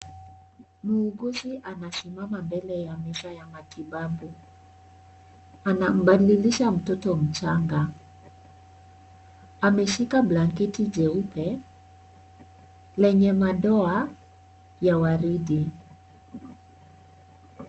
Muuguzi anasimama mbele ya meza ya matibabu. Anambadilisha mtoto mchanga. Ameshika blanketi jeupe lenye madoa ya waridi.